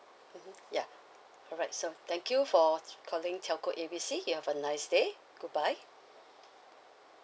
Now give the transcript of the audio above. mmhmm ya alright so thank you for calling telco A B C you have a nice day goodbye